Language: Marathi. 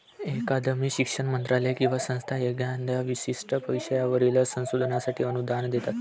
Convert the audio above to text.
अकादमी, शिक्षण मंत्रालय किंवा संस्था एखाद्या विशिष्ट विषयावरील संशोधनासाठी अनुदान देतात